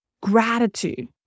gratitude